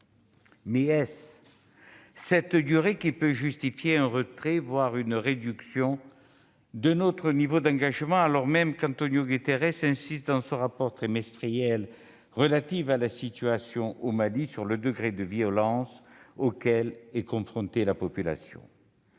peut-elle pour autant justifier un retrait, voire une réduction de notre niveau d'engagement, alors même qu'António Guterres insiste dans son rapport trimestriel relatif à la situation au Mali sur le degré de violence auquel est confrontée la population ?